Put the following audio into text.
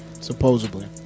supposedly